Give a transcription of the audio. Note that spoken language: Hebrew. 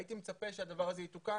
הייתי מצפה שהדבר הזה יתוקן,